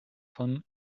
von